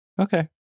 Okay